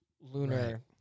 lunar